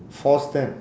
force them